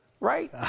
Right